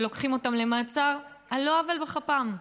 ולוקחים אותם למעצר על לא עוול בכפם.